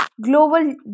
Global